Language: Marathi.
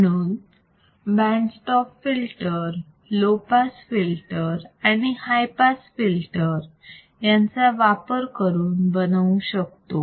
म्हणून band stop filter low pass filter आणि हाय पास फिल्टर यांचा वापर करून बनवू शकतो